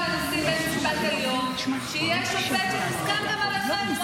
לנשיא בית המשפט העליון שיהיה שופט שמוסכם גם עליכם,